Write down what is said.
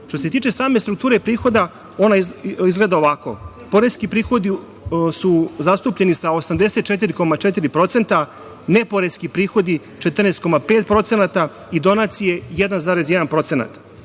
se tiče same strukture prihoda ona izgleda ovako: poreski prihodi su zastupljeni sa 84,4%, ne poreski prihodi 14,5% i donacije 1,1%.